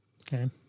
Okay